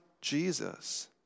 Jesus